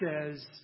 says